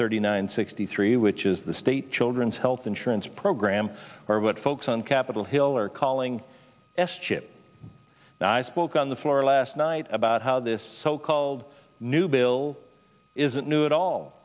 thirty nine sixty three which is the state children's health insurance program or what folks on capitol hill are calling s chip now i spoke on the floor last night about how this so called new bill isn't new at all